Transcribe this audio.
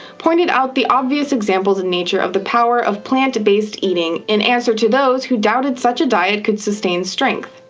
pointed out the obvious examples in nature of the power of plant-based eating in answer to those who doubted such a diet could sustain strength.